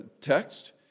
text